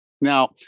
now